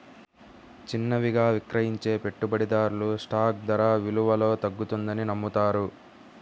చిన్నవిగా విక్రయించే పెట్టుబడిదారులు స్టాక్ ధర విలువలో తగ్గుతుందని నమ్ముతారు